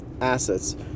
Assets